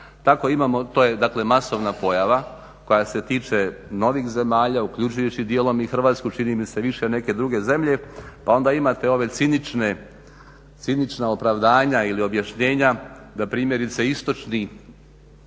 Tako imamo, to je dakle masovna pojava koja se tiče novih zemalja uključujući dijelom i Hrvatsku, čini mi se više neke druge zemlje. Pa onda imate ova cinična opravdanja ili objašnjenja da primjerice građani